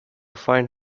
find